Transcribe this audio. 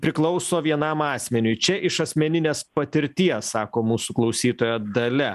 priklauso vienam asmeniui čia iš asmeninės patirties sako mūsų klausytoja dalia